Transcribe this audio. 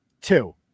two